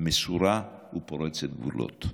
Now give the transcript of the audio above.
מסורה ופורצת גבולות.